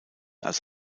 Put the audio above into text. als